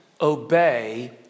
obey